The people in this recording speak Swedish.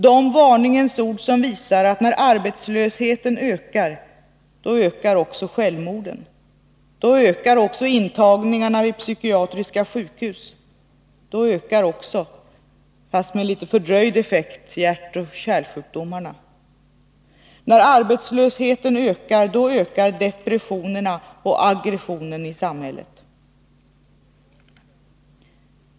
De varningens ord som visar att när arbetslösheten ökar, då ökar också självmorden, då ökar också intagningarna vid psykiatriska sjukhus, då ökar också — fast med litet fördröjd effekt — hjärtoch kärlsjukdomarna. När arbetslösheten ökar, då ökar depressionerna och aggressionen i samhället.